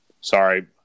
Sorry